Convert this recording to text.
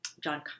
John